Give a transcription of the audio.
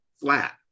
flat